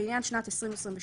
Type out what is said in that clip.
לעניין שנת 2022,